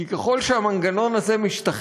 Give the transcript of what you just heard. כי ככל שהמנגנון הזה משתכלל,